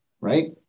right